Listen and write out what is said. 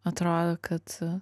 atrodo kad